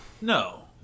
No